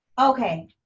Okay